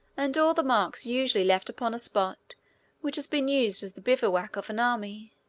and all the marks usually left upon a spot which has been used as the bivouac of an army.